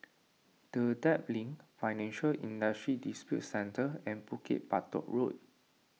Dedap Link Financial Industry Disputes Centre and Bukit Batok Road